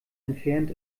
entfernt